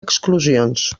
exclusions